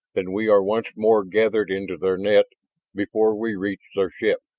then we are once more gathered into their net before we reach their ship.